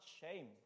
shame